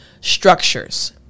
structures